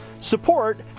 support